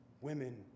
women